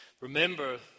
remember